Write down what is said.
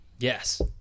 Yes